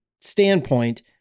standpoint